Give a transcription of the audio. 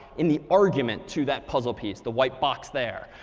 in the argument to that puzzle piece the white box there.